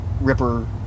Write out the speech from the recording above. Ripper